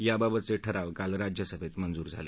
याबाबतचे ठराव काल राज्यसभेत मंजूर झाले